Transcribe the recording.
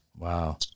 Wow